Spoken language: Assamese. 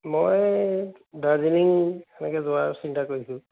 মই দাৰ্জিলিং তেনেকৈ যোৱাৰ চিন্তা কৰিছোঁ